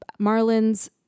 Marlins